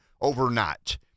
overnight